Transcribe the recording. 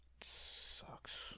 Sucks